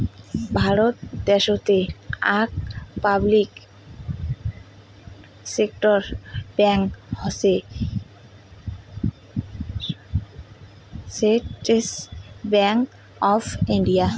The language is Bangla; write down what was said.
ভারত দ্যাশোতের আক পাবলিক সেক্টর ব্যাঙ্ক হসে স্টেট্ ব্যাঙ্ক অফ ইন্ডিয়া